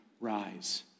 rise